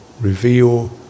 reveal